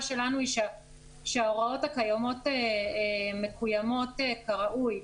שלנו היא שההוראות הקיימות מקוימות כראוי.